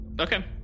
Okay